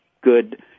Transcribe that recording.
good